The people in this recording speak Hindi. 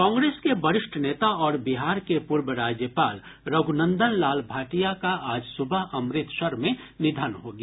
कांग्रेस के वरिष्ठ नेता और बिहार के पूर्व राज्यपाल रघुनन्दन लाल भाटिया का आज सुबह अमृतसर में निधन हो गया